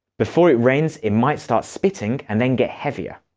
before it rains, it might start spitting and then get heavier.